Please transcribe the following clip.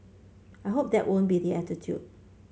I hope that won't be the attitude